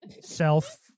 self